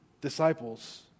disciples